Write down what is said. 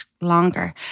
Longer